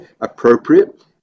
appropriate